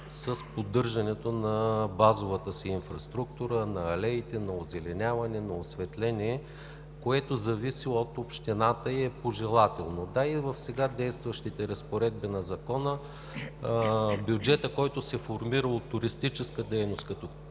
с поддържането на базовата си инфраструктура, на алеите, на озеленяването, на осветлението, което зависи от общината и е пожелателно. Да, и в сега действащите разпоредби на Закона бюджетът, който се формира от туристическа дейност, като: